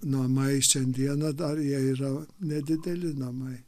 namai šiandieną dar jie yra nedideli namai